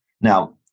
Now